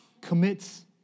commits